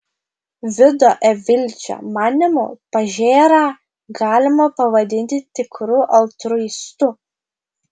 vido evilčio manymu pažėrą galima pavadinti tikru altruistu